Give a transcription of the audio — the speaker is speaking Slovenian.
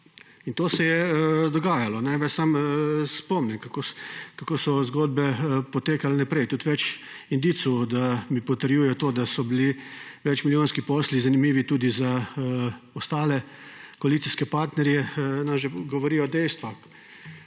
in to se je dogajalo. Naj vas samo spomnim, kako so zgodbe potekale naprej. Tudi več indicev mi potrjuje to, da so bili večmilijonski posli zanimivi tudi za ostale koalicijske partnerje. Govorijo dejstva